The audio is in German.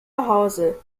hause